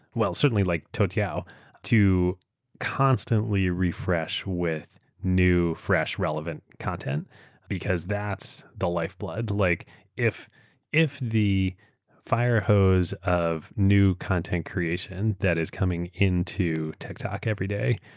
certainly like toutiao to constantly refresh with new fresh relevant content because that's the lifeblood. like if if the firehose of new content creation that is coming into tiktok everyday,